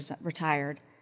retired